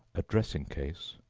a dressing-case,